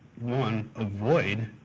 one, avoid